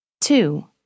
Two